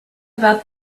about